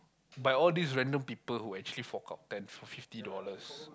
by all these random people who actually fork out ten to fifty dollars